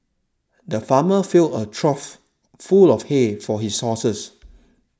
the farmer filled a trough full of hay for his horses